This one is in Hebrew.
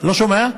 לא שומע.